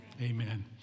Amen